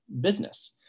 business